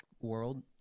World